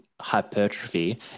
hypertrophy